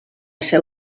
seu